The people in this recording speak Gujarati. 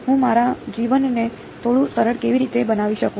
હું મારા જીવનને થોડું સરળ કેવી રીતે બનાવી શકું